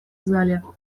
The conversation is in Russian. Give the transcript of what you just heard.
зале